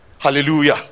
Hallelujah